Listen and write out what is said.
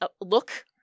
look